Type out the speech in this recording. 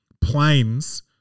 planes